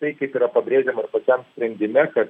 tai kaip yra pabrėžiama ir pačiam sprendime kad